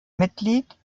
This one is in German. mitglied